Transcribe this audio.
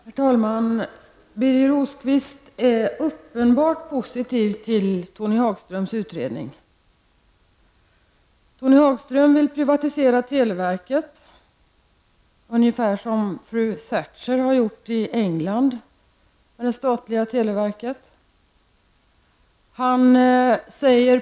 Herr talman! Birger Rosqvist är uppenbart positiv till Tony Hagströms utredning. Tony Hagström vill privatisera televerket på ungefär samma sätt som fru Thatcher har gjort i England med det statliga televerket där.